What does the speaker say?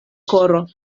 koro